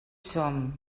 som